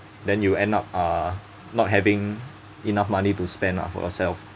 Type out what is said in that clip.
then you will end up uh not having enough money to spend lah for yourself